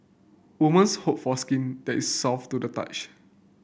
women hope for skin that is soft to the touch